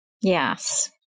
Yes